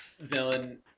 villain